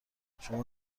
شما